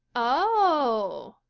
oh!